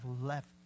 left